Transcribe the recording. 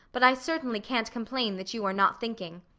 but i certainly can't complain that you are not thinking.